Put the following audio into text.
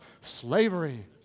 slavery